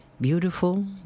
beautiful